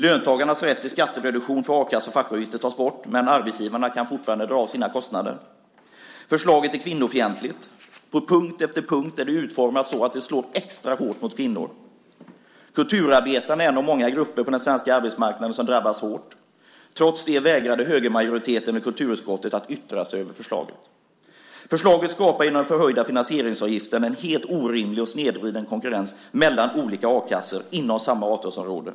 Löntagarnas rätt till skattereduktion för a-kasse och fackföreningsavgifter tas bort, men arbetsgivarna kan fortfarande dra av sina kostnader. Förslaget är kvinnofientligt. På punkt efter punkt är det utformat så att det slår extra hårt mot kvinnor. Kulturarbetarna är en av många grupper på den svenska arbetsmarknaden som drabbas hårt. Trots det vägrade högermajoriteten i kulturutskottet att yttra sig om förslaget. Genom förhöjda finansieringsavgifter skapar förslaget en helt orimlig och snedvriden konkurrens mellan olika a-kassor inom samma avtalsområde.